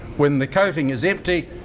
when the coating is empty,